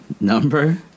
number